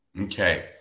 Okay